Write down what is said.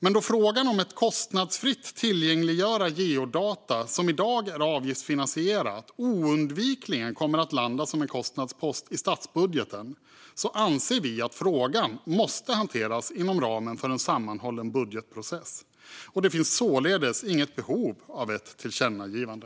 Men då frågan om att kostnadsfritt tillgängliggöra geodata som i dag är avgiftsfinansierade oundvikligen kommer att landa som en kostnadspost i statsbudgeten anser vi att frågan måste hanteras inom ramen för en sammanhållen budgetprocess. Det finns således inget behov av ett tillkännagivande.